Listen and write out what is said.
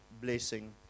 blessing